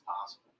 possible